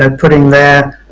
and putting their